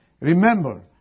remember